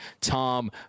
Tom